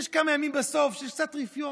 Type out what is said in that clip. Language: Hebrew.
יש כמה ימים בסוף של קצת רפיון.